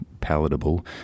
palatable